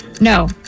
No